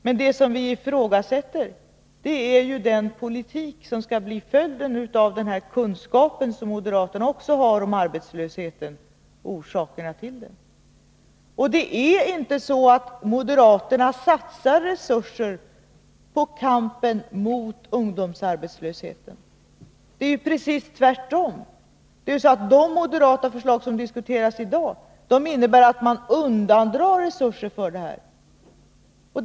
Men vi ifrågasätter den politik som skall bli följden av den kunskap om arbetslösheten och orsakerna till den som också moderaterna har. Det är inte så att moderaterna satsar resurser för kampen mot ungdomsarbetslösheten. Det är ju precis tvärtom. De moderata förslag som diskuteras i dag innebär att man undandrar resurser för det ändåmålet.